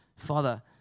Father